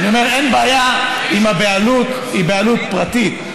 אני אומר שאין בעיה אם הבעלות היא בעלות פרטית,